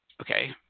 okay